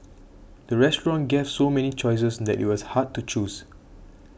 the restaurant gave so many choices that it was hard to choose